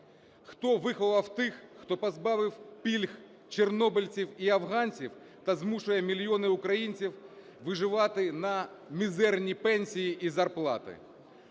Хто виховав тих, хто позбавив пільг чорнобильців і афганців та змушує мільйони українців виживати на мізерні пенсії і зарплати?